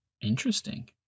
Interesting